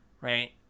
Right